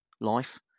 life